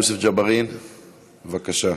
יוסף ג'בארין, בבקשה.